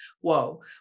whoa